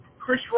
Chris